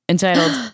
Entitled